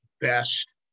best